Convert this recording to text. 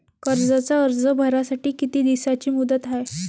कर्जाचा अर्ज भरासाठी किती दिसाची मुदत हाय?